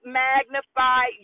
magnify